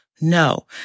No